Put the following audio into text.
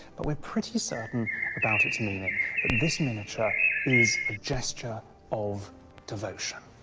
but we're pretty certain about its meaning, that this miniature is a gesture of devotion.